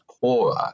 poorer